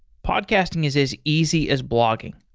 podcasting is as easy as blogging.